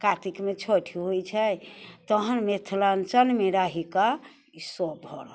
कातिकमे छैठ होइ छै तहन मिथिलाञ्चलमे रहिकऽ ई सब भऽ रहल छै